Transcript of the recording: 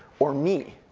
or me,